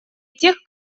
тех